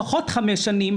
לפחות חמש שנים,